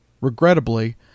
Regrettably